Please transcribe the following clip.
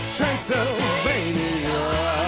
Transylvania